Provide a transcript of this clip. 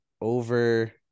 over